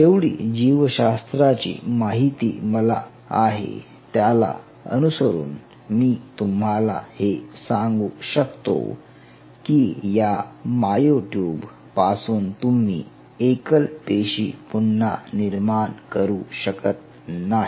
जेवढी जीवशास्त्राची माहिती मला आहे त्याला अनुसरून मी तुम्हाला हे सांगू शकतो कि या मायओ ट्यूब पासून तुम्ही एकल पेशी पुन्हा निर्माण करू शकत नाही